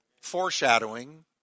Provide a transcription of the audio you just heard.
foreshadowing